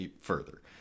further